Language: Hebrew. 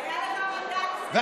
היה לך מנדט 28 יום.